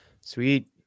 Sweet